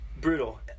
brutal